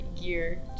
gear